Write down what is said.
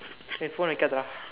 eh phone வைக்காதேடா:vaikkaatheedaa